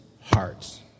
hearts